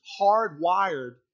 hardwired